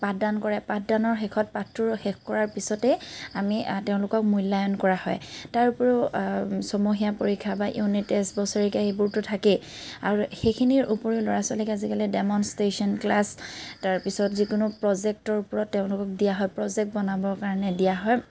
পাঠদান কৰে পাঠদানৰ শেষত পাঠতোৰ শেষ কৰাৰ পিছতে আমি তেওঁলোকক মূল্যায়ন কৰা হয় তাৰ উপৰিও ছমহীয়া পৰীক্ষা বা ইউনিট টেষ্ট বছৰেকীয়া এইবোৰটো থাকেই আৰু সেইখিনিৰ উপৰিও ল'ৰা ছোৱালীক আজিকালি ডেমনষ্টেচন ক্লাচ তাৰপিছত যিকোনো প্ৰজেক্টৰ ওপৰত তেওঁলোকক দিয়া হয় প্ৰজেক্ট বনাবৰ কাৰণে দিয়া হয়